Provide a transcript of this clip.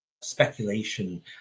speculation